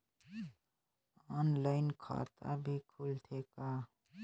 Online खाता भी खुलथे का?